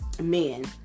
men